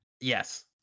Yes